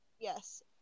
Yes